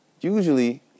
usually